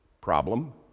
problem